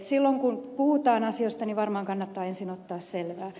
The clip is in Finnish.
silloin kun puhutaan asioista niin varmaan kannattaa ensin ottaa selvää